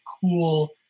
cool